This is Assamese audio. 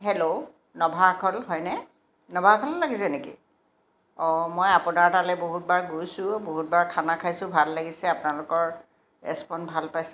হেল্ল' নভা আখল হয়নে নভা আখলত লাগিছে নেকি অঁ মই আপোনাৰ তালৈ বহুতবাৰ গৈছোঁ বহুতবাৰ খানা খাইছোঁ ভাল লাগিছে আপোনালোকৰ ৰেচপণ্ড ভাল পাইছে